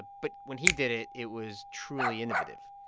but when he did it, it was truly innovative?